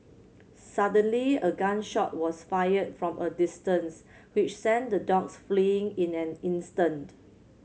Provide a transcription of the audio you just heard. suddenly a gun shot was fired from a distance which sent the dogs fleeing in an instant